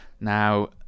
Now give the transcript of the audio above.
Now